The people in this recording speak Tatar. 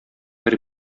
бер